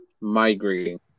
migrating